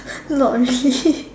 not really